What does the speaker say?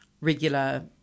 regular